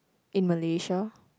in Malaysia